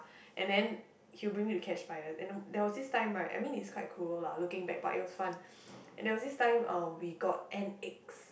and then he'll bring me to catch spider and then there was this time right I mean it's quite cool lah looking back but it was fun and there was this time um we got hen eggs